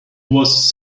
was